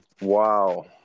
Wow